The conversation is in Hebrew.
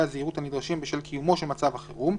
הזהירות הנדרשים בשל קיומו של מצב החירום,